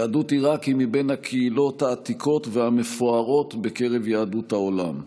יהדות עיראק היא מבין הקהילות העתיקות והמפוארות בקרב יהדות העולם.